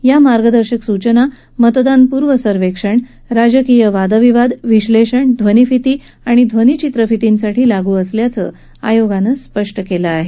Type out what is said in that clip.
या मार्गदर्शक सूचना मतदानपूर्व सर्वेक्षण राजकीय वादविवाद विश्लेषण ध्वनीफिती आणि ध्वनीचित्रफितींसाठी लागू असल्याचं आयोगानं स्पष्ट केलं आहे